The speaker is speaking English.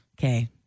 Okay